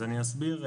אני אסביר.